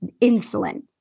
insulin